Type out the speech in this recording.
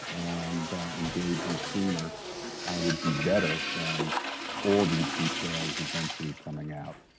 and engaging sooner would be better than all these details eventually coming out.